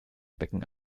becken